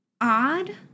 odd